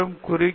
Srikanth ஐ